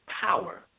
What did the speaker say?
power